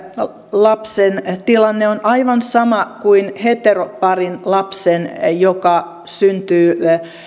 lapsen tilanne on aivan sama kuin heteroparin lapsen joka syntyy